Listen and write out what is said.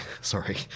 Sorry